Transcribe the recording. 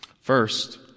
First